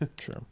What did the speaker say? True